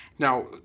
Now